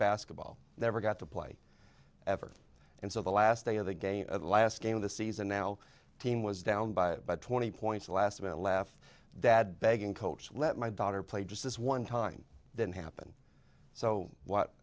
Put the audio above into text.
basketball never got to play ever and so the last day of the game the last game of the season now team was down by twenty points last minute left dad begging coach let my daughter play just this one time that happened so what